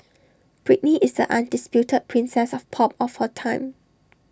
Britney is undisputed princess of pop of her time